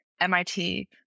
MIT